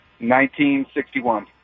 1961